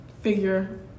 figure